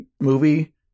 movie